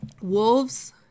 wolves